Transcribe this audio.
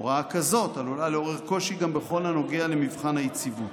הוראה כזאת עלולה לעורר קושי גם בכל הנוגע למבחן היציבות.